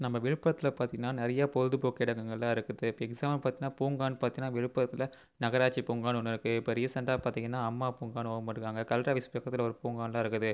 நம் விழுப்புரத்தில் பார்த்திங்கன்னா நிறைய பொழுதுபோக்கு இடங்களாம் இருக்குது இப்போ எக்ஸாம்பிள் பார்த்திங்கன்னா பூங்கானு பார்த்திங்கன்னா விழுப்புரத்தில் நகராட்சி பூங்கானு ஒன்று இருக்குது இப்போ ரீசெண்டாக பார்த்திங்கன்னா அம்மா பூங்கானு ஓப்பன் பண்ணிக்கிறாங்க இப்போ கலக்டெர் ஆஃபிஸ் பக்கத்தில் ஒரு பூங்கானுலாம் இருக்குது